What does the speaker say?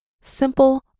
simple